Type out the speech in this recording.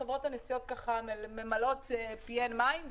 רק שחברות הנסיעות ממלאות פיהן מים.